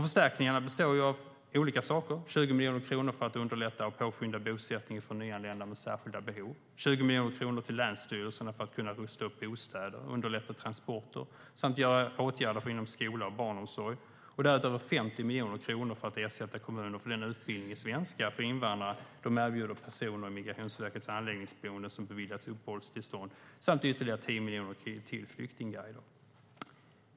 Förstärkningarna består av 20 miljoner kronor för att underlätta och påskynda bosättning för nyanlända med särskilda behov, 20 miljoner kronor till länsstyrelserna för att kunna rusta upp bostäder och underlätta transporter samt göra åtgärder inom skola och barnomsorg och därutöver 50 miljoner kronor för att ersätta kommuner för den utbildning i svenska för invandrare som de erbjuder personer på Migrationsverkets anläggningsboenden som beviljats uppehållstillstånd samt ytterligare 10 miljoner till flyktingguider.